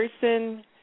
person